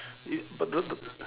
is but the the